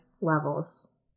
levels